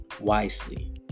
wisely